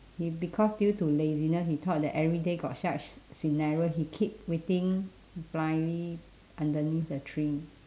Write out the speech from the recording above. he because due to laziness he thought that every day got such s~ scenario he keep waiting blindly underneath the tree